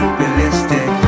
realistic